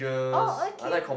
oh okay